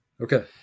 Okay